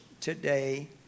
today